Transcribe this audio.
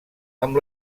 amb